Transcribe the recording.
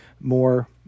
more